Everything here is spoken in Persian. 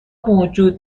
موجود